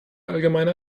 allgemeine